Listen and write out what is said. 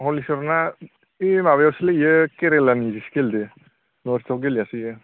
हलिसरना ओइ माबायावसोलै इयो केरेलानिजोसो गेलेदो नर्थआव गेलेयाखै इयो